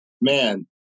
man